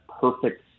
perfect